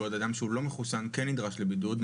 בעוד אדם שהוא לא מחוסן כן נדרש לבידוד.